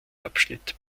abschnitt